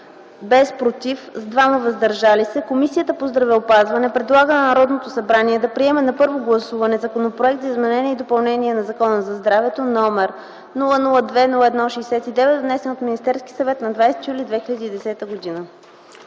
без „против” и „въздържали се” - 2, Комисията по здравеопазването предлага на Народното събрание да приеме на първо гласуване Законопроект за изменение и допълнение на Закона за здравето, № 002-01-69, внесен от Министерски съвет на 20 юли 2010 г.”.